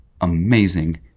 Amazing